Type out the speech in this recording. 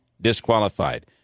disqualified